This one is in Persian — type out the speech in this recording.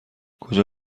کجا